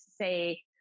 say